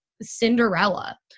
Cinderella